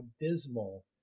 dismal